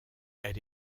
elle